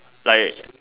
like